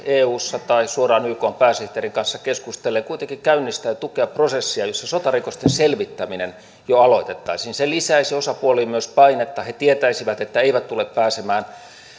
eussa tai suoraan ykn pääsihteerin kanssa keskustellen kuitenkin käynnistää ja tukea prosessia jossa sotarikosten selvittäminen jo aloitettaisiin se lisäisi osapuoliin myös painetta he tietäisivät että eivät tule pääsemään